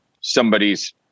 somebody's